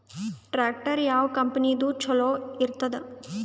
Tractor ಯಾವ ಕಂಪನಿದು ಚಲೋ ಇರತದ?